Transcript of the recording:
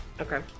Okay